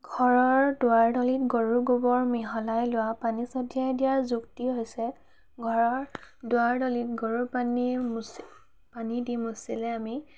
ঘৰৰ দুৱাৰডলিত গৰুৰ গোৱৰ মিহলাই লোৱা পানী ছটিয়াই দিয়াৰ যুক্তি হৈছে ঘৰৰ দুৱাৰডলিত গৰুৰ পানী মুচি পানী দি মুচিলে আমি